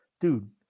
Dude